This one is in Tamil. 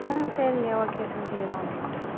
ம் சரிங்க ஓகே செஞ்சுக்கிறோம் அப்படின்னுட்டாங்க